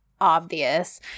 obvious